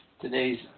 today's